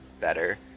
better